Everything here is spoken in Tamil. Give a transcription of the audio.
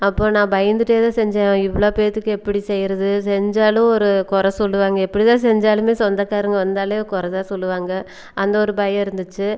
அப்போது நான் பயந்துகிட்டே தான் செஞ்சேன் இவ்வளோ பேர்த்துக்கு எப்படி செய்கிறது செஞ்சாலும் ஒரு குறை சொல்லுவாங்கள் எப்படி தான் செஞ்சாலுமே சொந்தக்காரங்கள் வந்தாலே குறை தான் சொல்லுவாங்கள் அந்த ஒரு பயம் இருந்துச்சு